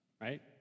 right